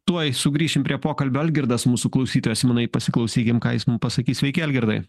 tuoj sugrįšim prie pokalbio algirdas mūsų klausytojas simonai pasiklausykim ką jis mum pasakys sveiki algirdai